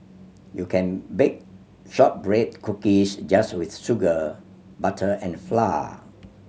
you can bake shortbread cookies just with sugar butter and flour